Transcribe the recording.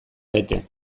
bete